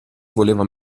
voleva